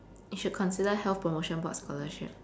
you should consider health promotion board scholarship